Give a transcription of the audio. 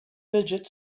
fidget